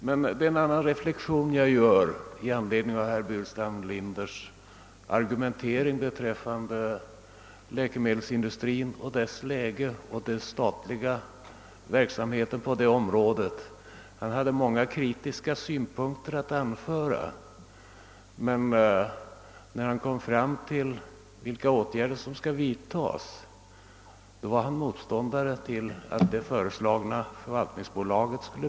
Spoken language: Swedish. Men det är en annan reflexion jag gjort i anledning av herr Burenstam Linders argumentering i fråga om läkemedelsindustrin och dess situation och den statliga verksamheten på det området. Han hade många kritiska synpunkter, men när han kom fram till vilka åtgärder som bör vidtas var hamn motståndare till inrättandet av det föreslagna förvaltningsbolaget.